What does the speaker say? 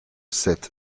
sept